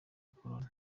bukoloni